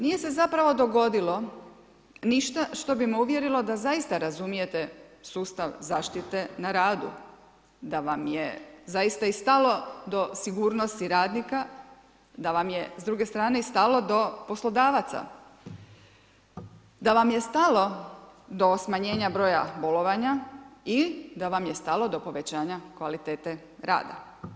Nije se zapravo dogodilo ništa što bi me uvjerilo da zaista razumijete sustav zaštite na radu, da vam je zaista i stalo do sigurnosti radnika, da vam je s druge strane i stalo do poslodavaca, da vam je stalo do smanjenja broja bolovanja i da vam je stalo do povećanja kvalitete rada.